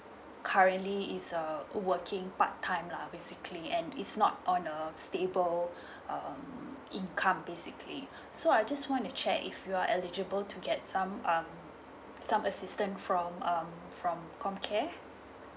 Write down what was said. currently is uh working part time lah basically and it's not on a stable um income basically so I just want to check if you are eligible to get some um some assistant from um from comcare